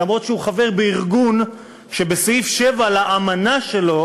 אף שהוא חבר בארגון שבסעיף 7 לאמנה שלו